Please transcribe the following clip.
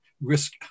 risk